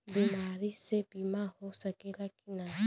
बीमारी मे बीमा हो सकेला कि ना?